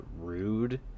rude